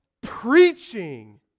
preaching